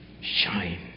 Shine